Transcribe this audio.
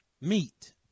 Meat